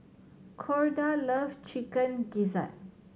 Corda loves Chicken Gizzard